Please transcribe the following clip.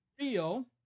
real